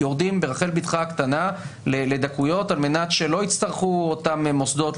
יורדים ברחל בתך הקטנה לדקויות על מנת שאותם מוסדות,